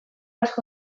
asko